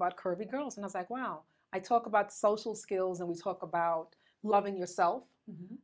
bout curvy girls and it's like wow i talk about social skills and we talk about loving yourself